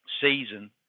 season